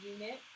unit